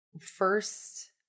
first